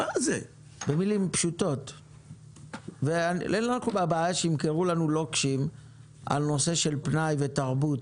מה זה?! ואין לנו בעיה שימכרו לנו לוקשים על נושא של פנאי ותרבות,